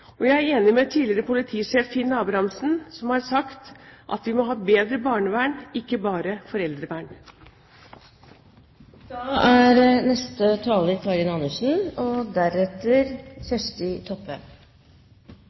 organisering. Jeg er enig med tidligere politisjef Finn Abrahamsen som har sagt at vi må ha et bedre barnevern, ikke bare foreldrevern. Det er dessverre veldig mange redde barn i Norge også, og